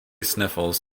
sniffles